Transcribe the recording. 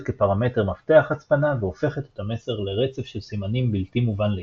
כפרמטר מפתח הצפנה והופכת את המסר לרצף של סימנים בלתי מובן לאיש.